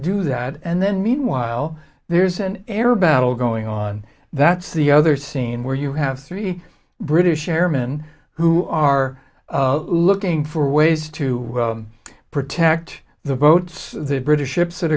do that and then meanwhile there's an air battle going on that's the other scene where you have three british airman who are looking for ways to protect the boats the british ships that